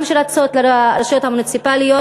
שרצות גם לרשויות המוניציפליות,